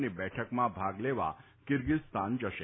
ની બેઠકમાં ભાગ લેવા કિર્ગીઝસ્તાન જશે